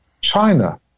China